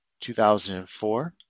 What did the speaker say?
2004